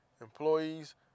employees